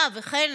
אה, וכן